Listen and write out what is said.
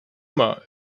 immer